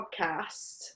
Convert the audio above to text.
podcast